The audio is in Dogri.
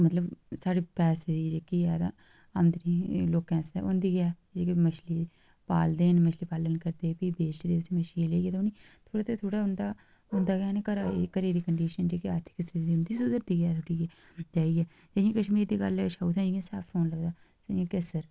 मतलब साढ़े पैसे जेह्के ऐ तां अंदरी लोकें आस्तै होंदी ऐ जेह्के मछली पालदे न जेह्के मछली पालन करदे न प्ही बेचदे न उ'नें मछलियें गी लेइयै ते उ'नेंगी होंदा ना के जेह्की घरै दी कंडीशन ऐ इ'न्नी जल्दी थोह्ड़े सुधरदी ऐ जेह्ड़ी जियां कशमीर दी गल्ल ऐ उत्थें सैफरॉन लगदा केसर